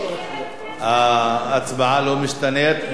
ההצבעה לא משתנית,